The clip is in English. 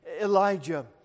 Elijah